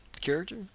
character